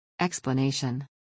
Explanation